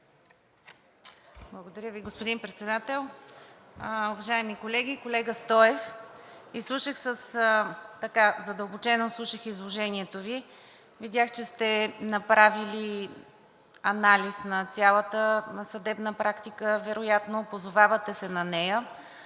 Благодаря Ви, господин Председател. Уважаеми колеги, колега Стоев! Задълбочено слушах изложението Ви. Видях, че сте направили анализ на цялата съдебна практика, вероятно се позовавате на нея,